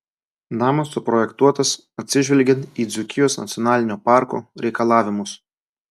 namas suprojektuotas atsižvelgiant į dzūkijos nacionalinio parko reikalavimus